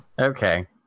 Okay